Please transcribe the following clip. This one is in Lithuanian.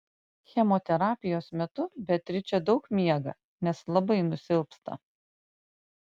chemoterapijos metu beatričė daug miega nes labai nusilpsta